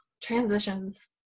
transitions